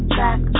back